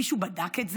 מישהו בדק את זה?